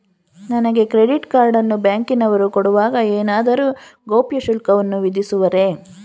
ನನಗೆ credit card ಅನ್ನು ಬ್ಯಾಂಕಿನವರು ಕೊಡುವಾಗ ಏನಾದರೂ ಗೌಪ್ಯ ಶುಲ್ಕವನ್ನು ವಿಧಿಸುವರೇ?